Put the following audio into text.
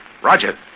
Roger